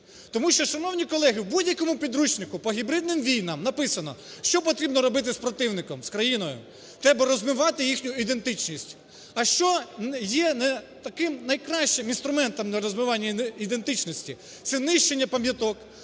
Тому що, шановні колеги, в будь-якому підручнику по гібридним війнам написано, що потрібно робити з противником, з країною – треба розвивати їхню ідентичність. А що є не таким найкращим інструментом на розвивання ідентичності? Це нищення пам'яток,